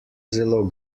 zelo